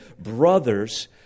brothers